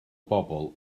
bobol